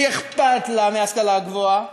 כי אכפת לה מההשכלה הגבוהה,